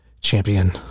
Champion